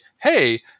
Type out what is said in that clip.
hey